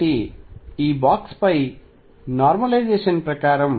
కాబట్టి ఈ బాక్స్ పై నార్మలైజేషన్ ప్రకారం